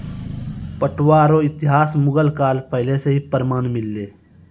पटुआ रो इतिहास मुगल काल पहले से ही प्रमान मिललै